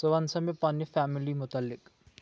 ژٕ وَن سا مےٚ پنٕنہِ فیملی مُتعلِق